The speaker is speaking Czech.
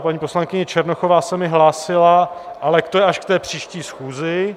Paní poslankyně Černochová se mi hlásila, ale to je až k té příští schůzi.